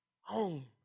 home